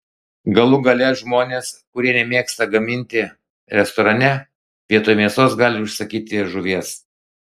galų gale žmonės kurie nemėgsta gaminti restorane vietoj mėsos gali užsisakyti žuvies